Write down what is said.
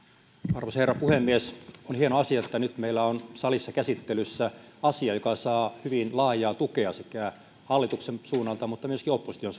arvoisa herra puhemies on hieno asia että nyt meillä on salissa käsittelyssä asia joka saa hyvin laajaa tukea hallituksen suunnalta mutta myöskin opposition